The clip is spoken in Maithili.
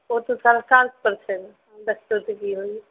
ओ तऽ छै ने देखियौ तऽ की होइया